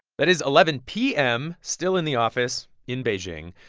that is eleven p m, still in the office in beijing.